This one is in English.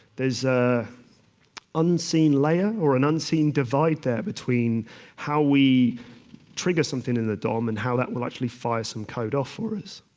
there's an ah unseen layer, or an unseen divide there between how we trigger something in the dom and how that will actually fire some code off for us.